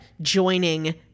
joining